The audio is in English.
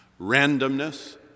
Randomness